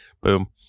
Boom